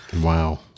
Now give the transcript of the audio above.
Wow